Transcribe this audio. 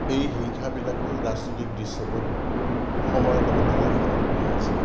এই হিংসাবিলাকে ৰাজনৈতিক দৃশ্যপট সময়ৰ লগে লগে সলনি কৰি আহিছে